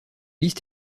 liste